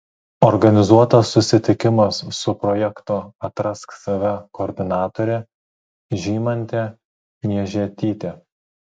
organizuotas susitikimas su projekto atrask save koordinatore žymante miežetyte